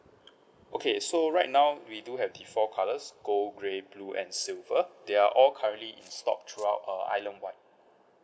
okay so right now we do have the four colours gold grey blue and silver they're all currently in stock throughout uh island wide